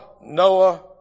Noah